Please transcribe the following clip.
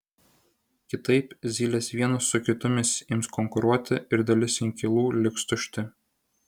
kitaip zylės vienos su kitomis ims konkuruoti ir dalis inkilų liks tušti